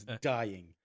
dying